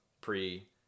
pre